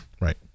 right